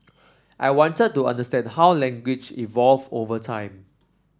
I wanted to understand how language evolved over time